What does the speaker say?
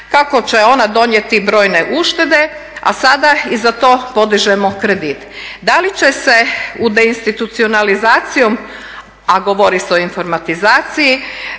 kako će ona donijeti brojne uštede a sada i za to podižemo kredit. Da li će se u deinstitucionalizacijom a govori se o informatizaciji